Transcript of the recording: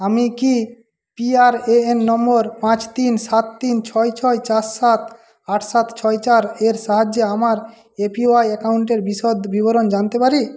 আমি কি P R A N নম্বর পাঁচ তিন সাত তিন ছয় ছয় চার সাত আট সাত ছয় চার এর সাহায্যে আমার এ পি ওয়াই অ্যাকাউন্টের বিশদ বিবরণ জানতে পারি